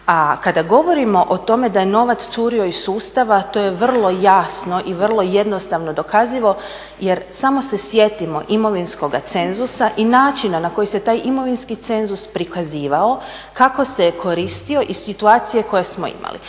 kada govorimo o tome da je novac curio iz sustava to je vrlo jasno i vrlo jednostavno dokazivo, jer samo se sjetimo imovinskoga cenzusa i načina na koji se taj imovinski cenzus prikazivao, kako se je koristio i situacije koje smo imali.